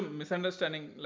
misunderstanding